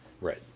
Right